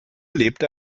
lebt